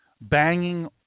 banging